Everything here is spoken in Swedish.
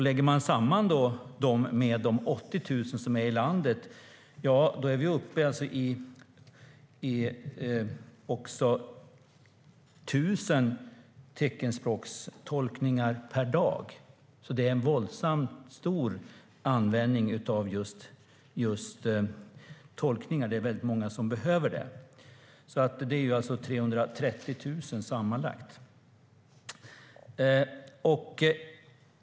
Lägger man samman dem med de 80 000 som sker ute i landet är vi uppe i 1 000 teckenspråkstolkningar per dag. Det är alltså en våldsamt stor användning av tolkningar. Det är väldigt många som behöver sådana. Sammanlagt blir det 330 000.